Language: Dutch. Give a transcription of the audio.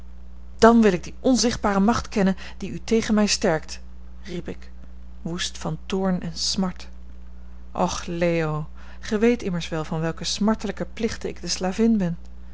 dan wil ik die onzichtbare macht kennen die u tegen mij sterkt riep ik woest van toorn en smart och leo gij weet immers wel van welke smartelijke plichten ik de slavin ben